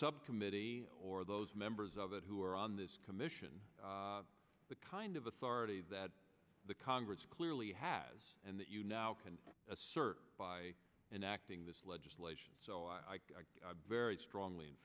subcommittee or those members of it who are on this commission the kind of authority that the congress clearly has and that you now can assert by and acting this legislation so i very strongly in